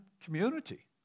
community